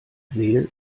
sehe